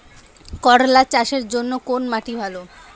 করলা চাষের জন্য কোন মাটি ভালো?